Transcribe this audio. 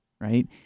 right